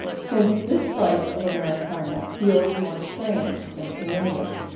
since this slice of american and feels more strange than familiar.